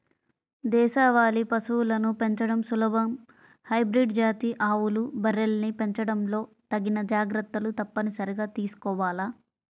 దేశవాళీ పశువులను పెంచడం సులభం, హైబ్రిడ్ జాతి ఆవులు, బర్రెల్ని పెంచడంలో తగిన జాగర్తలు తప్పనిసరిగా తీసుకోవాల